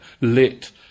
lit